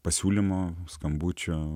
pasiūlymo skambučio